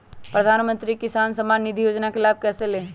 प्रधानमंत्री किसान समान निधि योजना का लाभ कैसे ले?